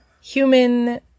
Human